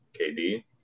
KD